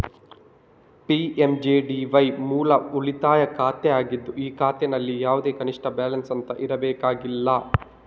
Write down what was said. PMJDY ಮೂಲ ಉಳಿತಾಯ ಖಾತೆ ಆಗಿದ್ದು ಈ ಖಾತೆನಲ್ಲಿ ಯಾವುದೇ ಕನಿಷ್ಠ ಬ್ಯಾಲೆನ್ಸ್ ಅಂತ ಇರಬೇಕಾಗಿಲ್ಲ